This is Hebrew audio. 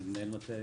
אני מנהל מטה